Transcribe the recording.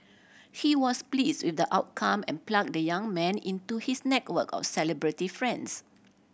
he was please with the outcome and plug the young man into his network of celebrity friends